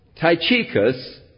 Tychicus